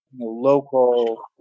local